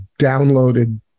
downloaded